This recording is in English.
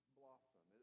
blossom